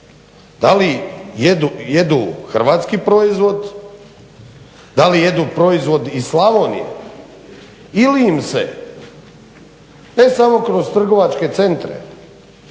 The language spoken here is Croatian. gosti jedu na Jadranu, da li jedu proizvod iz Slavonije ili im se ne samo kroz trgovačke centre